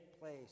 place